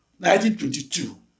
1922